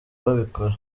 babikora